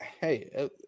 hey